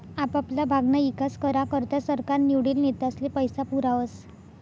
आपापला भागना ईकास करा करता सरकार निवडेल नेतास्ले पैसा पुरावस